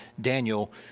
Daniel